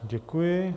Děkuji.